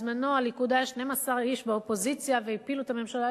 בזמנו הליכוד היה 12 איש באופוזיציה והפילו את הממשלה.